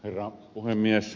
herra puhemies